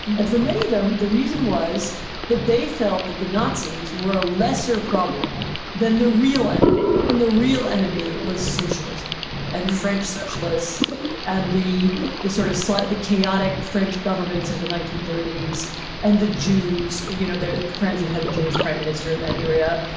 and for many of them, the reason was that they felt that the nazis were a lesser problem than the real enemy and the real enemy was socialism and french socialists and the the sort of the chaotic french governments of the nineteen thirty s and the jews, you know, their friends that had a jewish prime minister in that area.